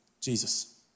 Jesus